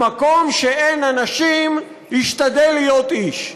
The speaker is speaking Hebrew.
במקום שאין אנשים, השתדל להיות איש.